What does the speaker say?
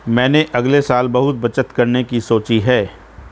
मैंने अगले साल बहुत बचत करने की सोची है